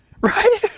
Right